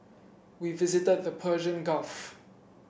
we visited the Persian Gulf